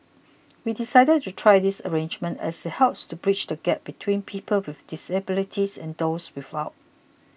we decided to try this arrangement as it helps to bridge the gap between people with disabilities and those without